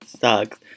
sucks